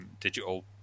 digital